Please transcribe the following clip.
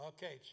Okay